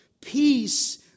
Peace